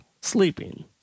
sleeping